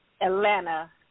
Atlanta